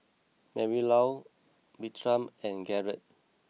Marylou Bertram and Garett